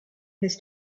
his